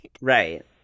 right